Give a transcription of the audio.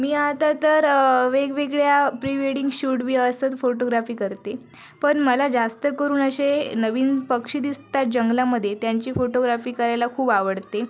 मी आता तर वेगवेगळ्या प्री वेडिंग शूटबी असंच फोटोग्राफी करते पण मला जास्त करून असे नवीन पक्षी दिसतात जंगलामध्ये त्यांची फोटोग्राफी करायला खूप आवडते